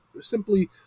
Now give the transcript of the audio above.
simply